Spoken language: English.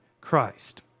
Christ